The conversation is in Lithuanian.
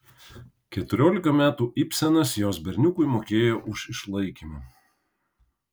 keturiolika metų ibsenas jos berniukui mokėjo už išlaikymą